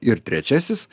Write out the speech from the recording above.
ir trečiasis